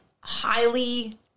highly